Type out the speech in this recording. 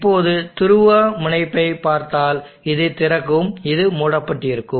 இப்போது துருவமுனைப்பைப் பார்த்தால் இது திறக்கும் இது மூடப்பட்டிருக்கும்